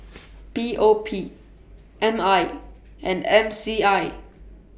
P O P M I and M C I